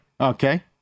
Okay